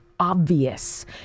obvious